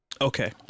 Okay